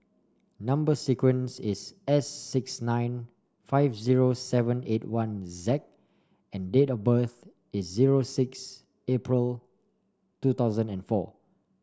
number sequence is S six nine five zero seven eight one Z and date of birth is zero six April two thousand and four